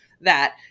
that-